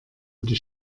wohl